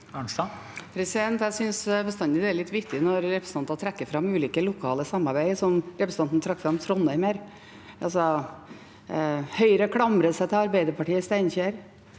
Jeg synes bestandig det er litt vittig når representanter trekker fram ulike lokale samarbeid, slik representanten trakk fram Trondheim her. – Høyre klamrer seg til Arbeiderpartiet i Steinkjer;